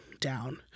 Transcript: down